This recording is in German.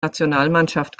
nationalmannschaft